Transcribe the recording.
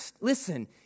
listen